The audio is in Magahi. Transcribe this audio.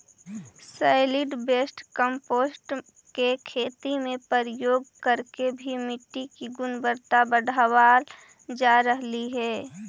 सॉलिड वेस्ट कंपोस्ट को खेती में प्रयोग करके भी मिट्टी की गुणवत्ता बढ़ावाल जा रहलइ हे